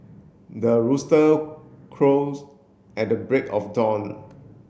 the rooster crows at the break of dawn